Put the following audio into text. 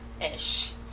Ish